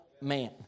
man